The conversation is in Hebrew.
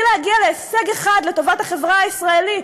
להגיע להישג אחד לטובת החברה הישראלית,